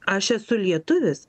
aš esu lietuvis